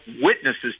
witnesses